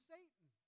Satan